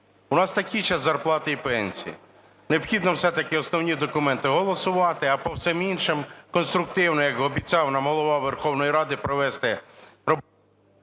У нас такі зараз зарплати і пенсії. Необхідно все-таки основні документи голосувати, а по всіх інших конструктивно, як обіцяв нам Голова Верховної Ради, провести ...